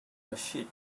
rachid